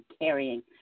carrying